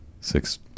six